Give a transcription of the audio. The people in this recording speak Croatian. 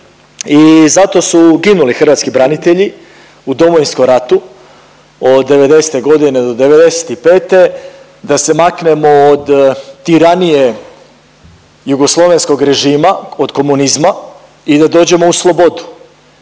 zato su ginuli hrvatski branitelji u Domovinskom ratu od '90. godine do '95. da se maknemo od tiranije jugoslovenskog režima od komunizma i da dođemo u slobodu